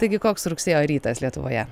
taigi koks rugsėjo rytas lietuvoje